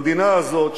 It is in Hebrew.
במדינה הזאת,